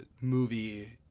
movie